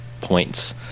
points